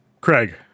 Craig